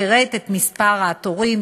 פירט את ימי התורים.